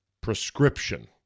prescription